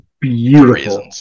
Beautiful